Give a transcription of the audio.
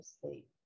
sleep